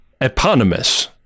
Eponymous